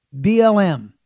BLM